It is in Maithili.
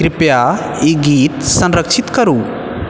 कृपया ई गीत संरक्षित करू